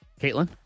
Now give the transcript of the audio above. Caitlin